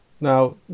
Now